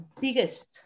biggest